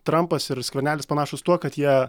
trampas ir skvernelis panašūs tuo kad jie